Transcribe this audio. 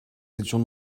étions